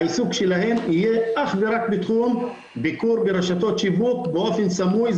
העיסוק שלהם יהיה אך ורק בתחום ביקור ברשתות שיווק באופן סמוי.